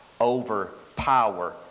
overpower